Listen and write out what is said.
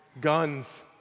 guns